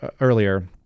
earlier